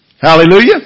Hallelujah